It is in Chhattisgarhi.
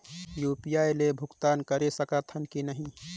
यू.पी.आई ले भुगतान करे सकथन कि नहीं?